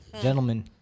Gentlemen